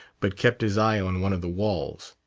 but kept his eye on one of the walls.